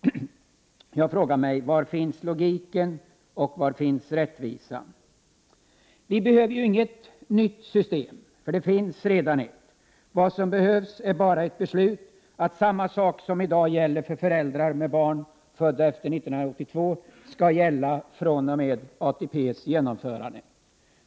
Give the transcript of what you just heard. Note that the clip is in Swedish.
Jag frågar: Var finns logiken och rättvisan? Vi behöver inget nytt system, för det finns redan ett. Vad som behövs är bara ett beslut att samma sak som i dag gäller för föräldrar med barn födda efter 1982 skall gälla fr.o.m. ATP:s genomförande.